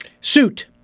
suit